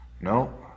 No